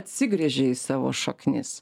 atsigręžė į savo šaknis